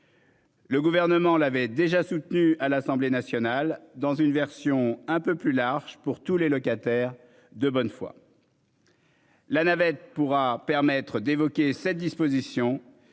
Le gouvernement l'avait déjà soutenu à l'Assemblée nationale dans une version un peu plus large pour tous les locataires de bonne foi. La navette pourra permettre d'évoquer cette disposition